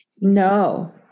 No